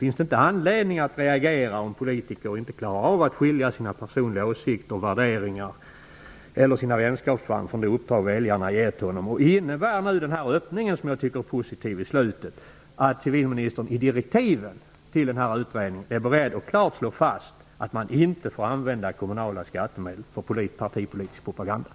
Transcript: Finns det inte anledning att reagera om en politiker inte klarar av att skilja sina personliga åsikter och värderingar eller sina vänskapsband från det uppdrag väljarna har gett honom? Innebär öppningen i slutet av svaret, som är positiv, att civilministern i direktiven till utredningen är beredd att klart slå fast att man inte får använda kommunala skattemedel för partipolitisk propaganda?